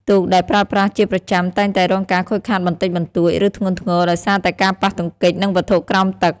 ទូកដែលប្រើប្រាស់ជាប្រចាំតែងតែរងការខូចខាតបន្តិចបន្តួច ឬធ្ងន់ធ្ងរ ដោយសារតែការប៉ះទង្គិចនឹងវត្ថុក្រោមទឹក។